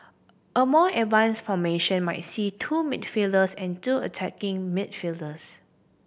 a more advanced formation might see two midfielders and two attacking midfielders